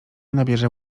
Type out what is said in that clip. nabierze